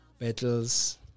battles